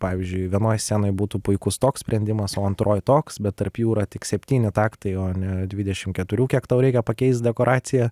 pavyzdžiui vienoj scenoj būtų puikus toks sprendimas o antroj toks bet tarp jų yra tik septyni taktai o ne dvidešim keturių kiek tau reikia pakeist dekoraciją